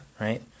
right